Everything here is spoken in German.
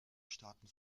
staaten